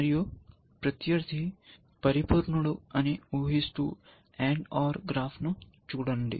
మరియు ప్రత్యర్థి పరిపూర్ణుడు అని ఉహిస్తూAND OR గ్రాఫ్ను చూడండి